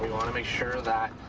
want to make sure that,